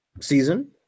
season